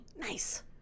nice